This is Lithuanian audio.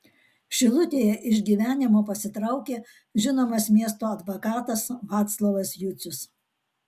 šilutėje iš gyvenimo pasitraukė žinomas miesto advokatas vaclovas jucius